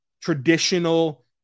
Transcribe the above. traditional